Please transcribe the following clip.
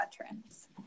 veterans